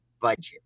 budget